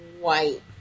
White